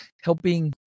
helping